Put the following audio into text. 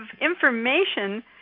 information